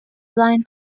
sein